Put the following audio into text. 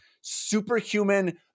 superhuman